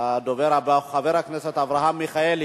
הדובר הבא הוא חבר הכנסת אברהם מיכאלי.